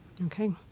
Okay